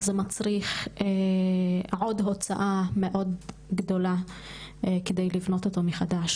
זה מצריך עוד הוצאה מאוד גדולה כדי לבנות אותו מחדש.